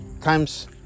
times